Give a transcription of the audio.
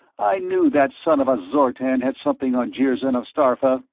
i knew that son of a zortan had something on jirzyn of starpha!